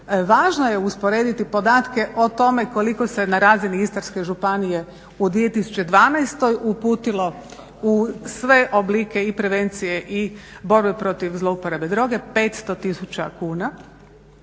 Važno je usporediti podatke o tome koliko se na razini Istarske županije u 2012. uputilo u sve oblike i prevencije i borbe protiv zlouporabe droge, 500 tisuća